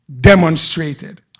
demonstrated